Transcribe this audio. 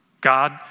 God